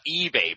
eBay